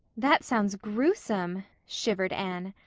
that sounds gruesome, shivered anne.